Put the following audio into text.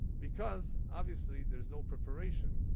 because, obviously, there's no preparation.